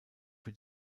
wird